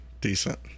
decent